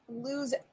lose